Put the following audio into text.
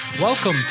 Welcome